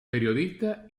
periodista